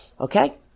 Okay